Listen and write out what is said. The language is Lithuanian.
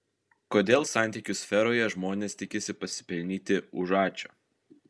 kodėl santykių sferoje žmonės tikisi pasipelnyti už ačiū